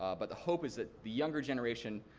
um but the hope is that the younger generation,